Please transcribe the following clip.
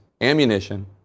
ammunition